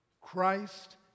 Christ